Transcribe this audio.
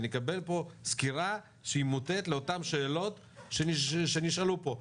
ונקבל פה סקירה שהוא מוטית לאותן שאלות שנשאלו פה.